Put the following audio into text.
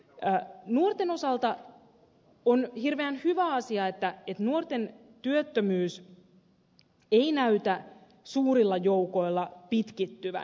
nuorten osalta on hirveän hyvä asia että nuorten työttömyys ei näytä suurilla joukoilla pitkittyvän